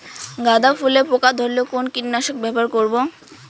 গাদা ফুলে পোকা ধরলে কোন কীটনাশক ব্যবহার করব?